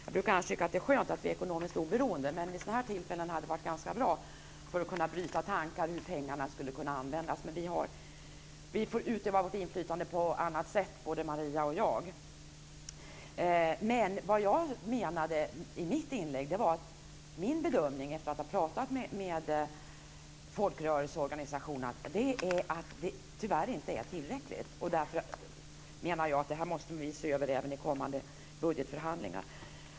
Jag brukar annars tycka att det är skönt att vi är ekonomiskt oberoende, men vid sådana här tillfällen hade det varit ganska bra för att kunna bryta tankar om hur pengarna skulle kunna användas. Men vi får utöva vårt inflytande på annat sätt, både Maria och jag. Det jag menade i mitt inlägg var att min bedömning efter att ha pratat med folkrörelseorganisationerna är att det tyvärr inte är tillräckligt. Därför menar jag att vi måste se över detta även i kommande budgetförhandlingar.